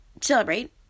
celebrate